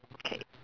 K